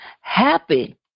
Happy